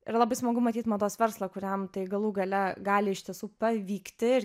yra labai smagu matyt mados verslą kuriam tai galų gale gali iš tiesų pavykti ir